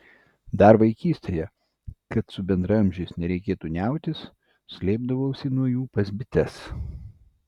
dar vaikystėje kad su bendraamžiais nereiktų niautis slėpdavausi nuo jų pas bites